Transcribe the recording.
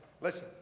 Listen